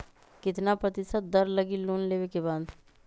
कितना प्रतिशत दर लगी लोन लेबे के बाद?